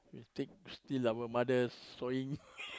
we take steal our mother's sewing